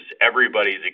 everybody's